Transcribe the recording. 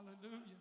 Hallelujah